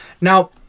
Now